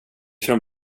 från